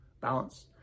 balance